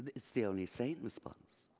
it's the only sane response,